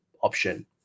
option